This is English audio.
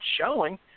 showing